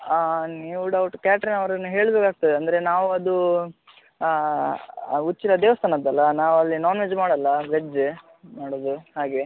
ಹಾಂ ನೀವು doubt catering ಅವರನ್ನು ಹೇಳಬೇಕಾಗ್ತದೆ ಅಂದರೆ ನಾವು ಅದು ಉಚ್ಚಿಲ ದೇವಸ್ಥಾನದ್ದಲ್ಲ ನಾವಲ್ಲಿ ನೋನ್ ವೆಜ್ ಮಾಡೋಲ್ಲ ವೆಜ್ಜೆ ಮಾಡೋದು ಹಾಗೆ